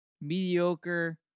mediocre